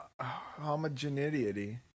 homogeneity